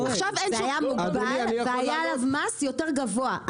זה היה מוגבל והיה עליו מס יותר גבוה,